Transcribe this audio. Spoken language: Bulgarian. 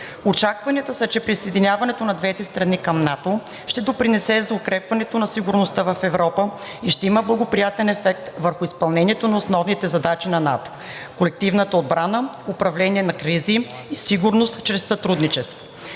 Очакванията са, че присъединяването на двете страни към НАТО ще допринесе за укрепването на сигурността в Европа и ще има благоприятен ефект върху изпълнението на основните задачи на НАТО – колективна отбрана, управление на кризи и сигурност чрез сътрудничество.